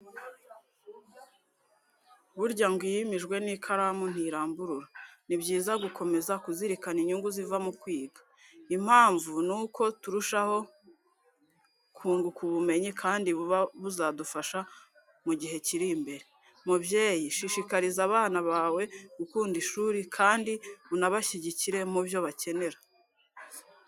Burya ngo iyimijwe n'ikaramu ntiramburura! Ni byiza gukomeza kuzirikana inyungu ziva mu kwiga. Impamvu ni uko turushaho kunguka ubumenyi kandi buba buzadufasha mu igihe kiri imbere. Mubyeyi, shishikariza abana bawe gukunda ishuri kandi unabashyigikire mu byo bakenera.